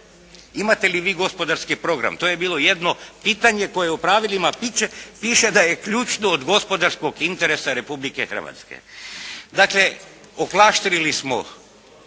Imate li vi gospodarski program? To je bilo jedno pitanje koje u pravilima piše da je ključno od gospodarskog interesa Republike Hrvatske. Dakle, oklaštrili smo